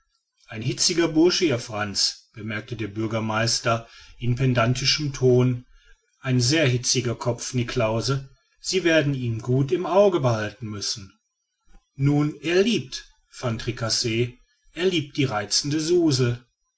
ein hitziger bursche ihr frantz bemerkte der bürgermeister in pedantischem ton ein sehr hitziger kopf niklausse sie werden ihn gut im auge behalten müssen nun er liebt van tricasse er liebt die reizende suzel